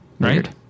Right